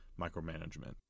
micromanagement